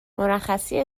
مرخصی